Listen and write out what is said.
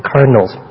Cardinals